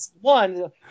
one